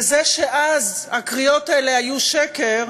וזה שאז הקריאות האלה היו שקר,